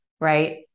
right